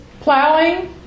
plowing